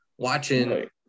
watching